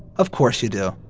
of course you do.